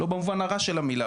לא במובן הרע של המילה,